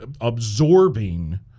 absorbing